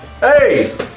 Hey